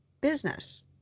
business